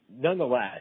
nonetheless